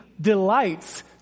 delights